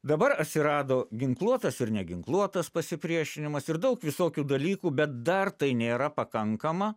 dabar atsirado ginkluotas ir neginkluotas pasipriešinimas ir daug visokių dalykų bet dar tai nėra pakankama